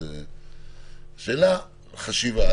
שאלה לחשיבה שלכם,